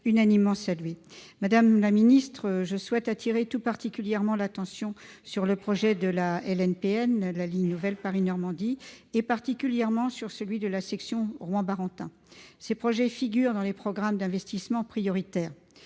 unanimement apprécié. Madame la ministre, je souhaite appeler votre attention sur le projet de ligne nouvelle Paris-Normandie, et particulièrement sur la section Rouen-Barentin. Ces projets figurent parmi les programmes d'investissements prioritaires.